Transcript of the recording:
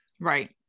Right